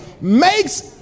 makes